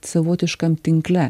savotiškam tinkle